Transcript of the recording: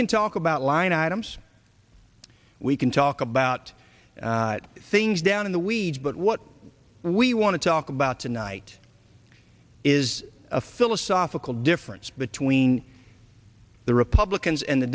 can talk about line items we can talk about things down in the weeds but what we want to talk about tonight is a philosophical difference between the republicans and the